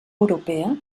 europea